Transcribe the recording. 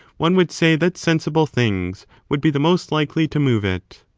one would say that sensible things would be the most likely to move it.